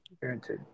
Guaranteed